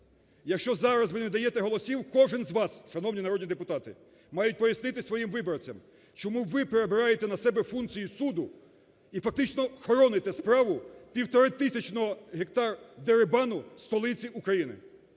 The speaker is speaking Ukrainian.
Якщо зараз ви не даєте голосів, кожен з вас, шановні народні депутати, мають пояснити своїм виборцям, чому ви перебираєте на себе функції суду і фактично хороните справу півтори тисячного гектар дерибану столиці України.